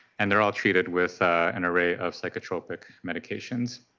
and they are all treated with an array of psychotropic medications.